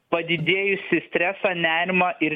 padidėjusį stresą nerimą ir